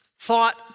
thought